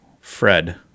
Fred